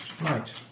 Right